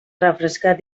refrescar